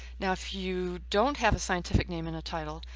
now if you don't have a scientific name in a title,